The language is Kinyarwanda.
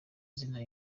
izina